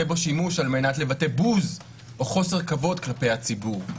בו שימוש על מנת לבטא בוז או חוסר כבוד כלפי הציבור.